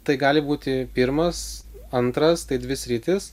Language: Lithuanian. tai gali būti pirmas antras tai dvi sritys